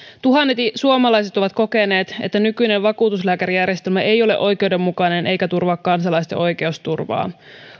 tuhannet suomalaiset ovat kokeneet että nykyinen vakuutuslääkärijärjestelmä ei ole oikeudenmukainen eikä turvaa kansalaisten oikeusturvaa